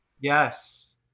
Yes